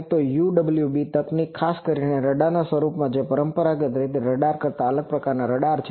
તો UWB તકનીક ખાસ કરીને રડારના સ્વરૂપમાં જે પરંપરાગત રડાર કરતાં અલગ પ્રકારનાં રડાર છે